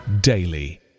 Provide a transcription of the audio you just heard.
daily